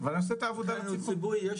הוא ציבורי,